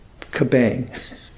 kabang